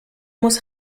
muss